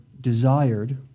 desired